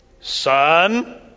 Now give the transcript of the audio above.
son